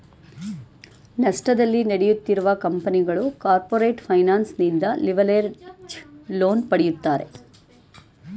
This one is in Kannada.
ನಷ್ಟದಲ್ಲಿ ನಡೆಯುತ್ತಿರುವ ಕಂಪನಿಗಳು ಕಾರ್ಪೊರೇಟ್ ಫೈನಾನ್ಸ್ ನಿಂದ ಲಿವರೇಜ್ಡ್ ಲೋನ್ ಪಡೆಯುತ್ತಾರೆ